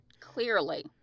Clearly